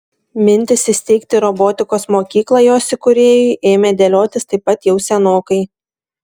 mintys įsteigti robotikos mokyklą jos įkūrėjui ėmė dėliotis taip pat jau senokai